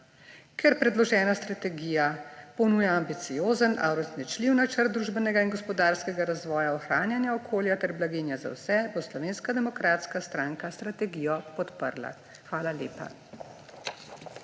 Ker predložena strategija ponuja ambiciozen, a uresničljiv načrt družbenega in gospodarskega razvoja, ohranjanja okolja ter blaginje za vse, bo Slovenska demokratska stranka strategijo podprla. Hvala lepa.